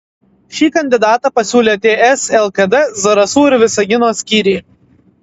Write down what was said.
šį kandidatą pasiūlė ts lkd zarasų ir visagino skyriai